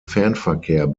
fernverkehr